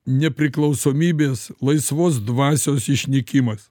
nepriklausomybės laisvos dvasios išnykimas